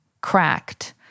cracked